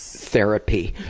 therapy.